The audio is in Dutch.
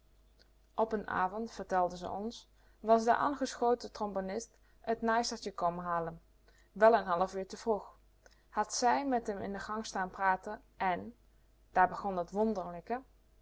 op n avond vertelden ze ons was de angeschoten trombonist t naaistertje komen halen wel n half uur te vroeg had zij met m in de gang staan praten èn daar begon t wonderlijke